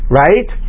right